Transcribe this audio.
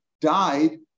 Died